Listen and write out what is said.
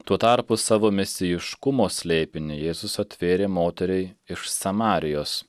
tuo tarpu savo mesijiškumo slėpinį jėzus atvėrė moteriai iš samarijos